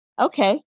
Okay